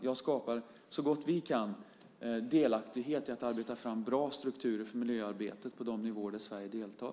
Jag skapar, så gott vi kan, delaktighet i att arbeta fram bra strukturer för miljöarbetet på de nivåer där Sverige deltar.